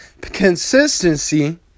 Consistency